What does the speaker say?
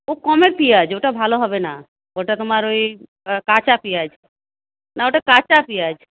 ও কমের পেঁয়াজ ওটা ভালো হবে না ওটা তোমার ওই কাঁচা পেঁয়াজ না ওটা কাঁচা পেঁয়াজ